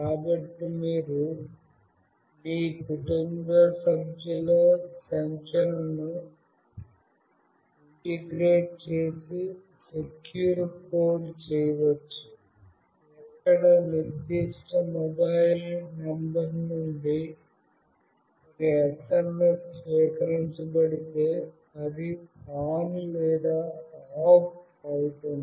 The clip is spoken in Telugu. కాబట్టి మీరు మీ కుటుంబ సభ్యుల సంఖ్యలను ఇంటెగ్రేట్ చేసి సెక్యూర్ కోడ్ చేయవచ్చు ఎక్కడ నిర్దిష్ట మొబైల్ నంబర్ నుండి ఒక SMS స్వీకరించబడితే అది ఆన్ లేదా ఆఫ్ అవుతుంది